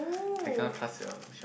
I cannot trust your shuf~